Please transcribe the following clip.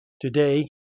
Today